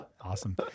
Awesome